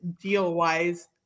deal-wise